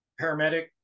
paramedic